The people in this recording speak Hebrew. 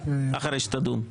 אחרי שתדון.